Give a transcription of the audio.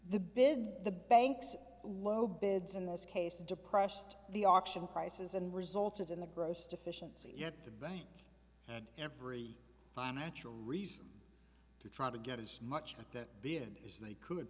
business the banks low bids in this case depressed the auction prices and resulted in the grossest deficiency yet the bank and every financial reason to try to get as much of that bid as they could